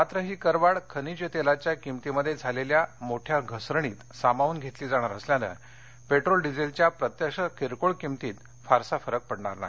मात्र ही करवाढ खनिज तेलाच्या किंमतीमध्ये झालेल्या मोठ्या घसरणीत सामावून घेतली जाणार असल्यानं पेट्रोल डिझेलच्या प्रत्यक्ष किरकोळ किंमतीत फारसा फरक पडणार नाही